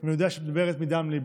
אני יודע שאת מדברת מדם ליבך.